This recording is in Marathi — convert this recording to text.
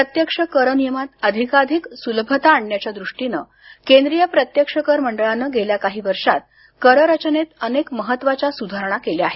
प्रत्यक्ष कर नियमांत अधिकाधिक सुलभता आणण्याच्या दृष्टीनं केंद्रीय प्रत्यक्ष कर मंडळानं गेल्या काही वर्षात कर रचनेत अनेक महत्त्वाच्या सुधारणा केल्या आहेत